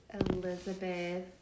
Elizabeth